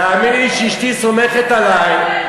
תאמיני לי שאשתי סומכת עלי,